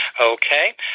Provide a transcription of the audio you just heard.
Okay